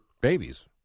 babies